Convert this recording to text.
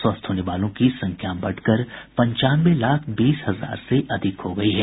स्वस्थ होने वालों की संख्या बढ़कर पंचानवे लाख बीस हजार से अधिक हो गयी है